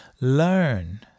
learn